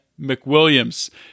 McWilliams